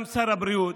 גם שר הבריאות,